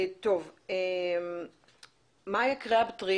מאיה קרבטרי